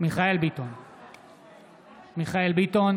מיכאל מרדכי ביטון,